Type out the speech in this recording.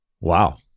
Wow